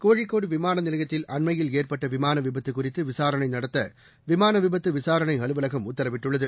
கோழிக்கோடுவிமானநிலையத்தில் அண்மையில் ஏற்பட்ட விமாளவிபத்துகுறித்துவிசாரணைநடத்திவிமானவிபத்துவிசாரணைஅலுவலகம் உத்தரவிட்டுள்ளது